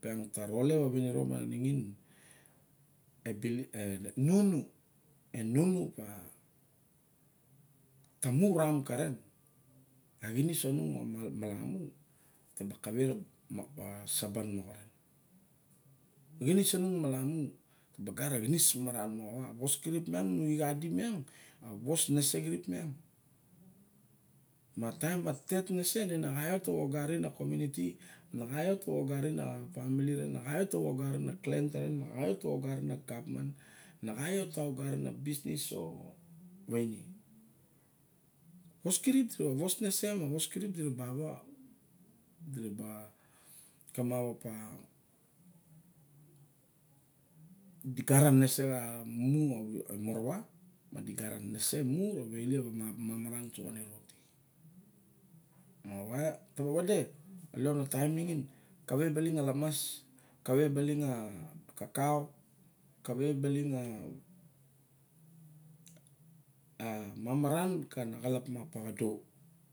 piang ta rolep a vaniro ma nixin e bilip, e nana nana ba ta muran karen. A kinis sa nung mo malamu na ta ba kawei mopa sabalolo. Kinis sa nung malamu na ta ba gat a kinis maran moxawa a vos kirip miang nu i cha di miang. A tet nenese ire na kaat ta ogarin a community. Na kaat ta wa ogarin a famili ren, na kaat ta wa ogarin a clan taren, na kaat ta wa agarin a dan taren na kaat ta wa ogarin garman, na kaat ta wa ogarin a bisnis o waine. Vos kirip a vos nenese vos kirip di ra ba awa awa di ra ba kamap opa di gat a nenese a mumu a morawa ma di gat a nenese mumu a mamaran uso ka niro ti. Moxawa ta ba vada lion a taim nixin kawei ba lin a lamas kawei balin a kakao kawei balin a mamaran kana kalap moxa a povodo.